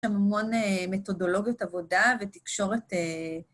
יש שם המון מתודולוגיות עבודה ותקשורת.